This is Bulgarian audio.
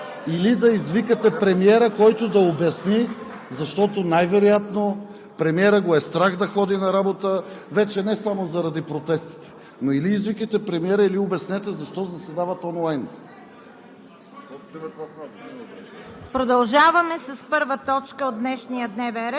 Министерският съвет продължава да провежда онлайн заседания (шум и реплики от ГЕРБ), или да извикате премиера, който да обясни? Защото най-вероятно премиерът го е страх да ходи на работа вече не само заради протестите, но или извикайте премиера или обяснете защо заседават онлайн?